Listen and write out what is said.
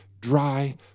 dry